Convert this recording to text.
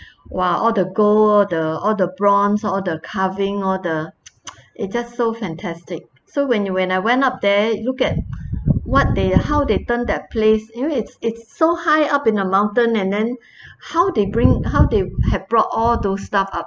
!wah! all the gold all the all the bronze all the carving all the it's just so fantastic so when you when I went up there look at what they how they turn that place you know it's it's so high up in a mountain and then how they bring how they had brought all those stuff up